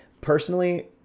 Personally